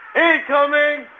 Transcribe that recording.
incoming